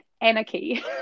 anarchy